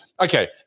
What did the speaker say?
Okay